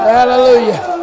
Hallelujah